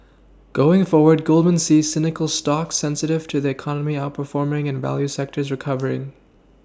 going forward Goldman sees cyclical stocks sensitive to the economy outperforming and value sectors recovering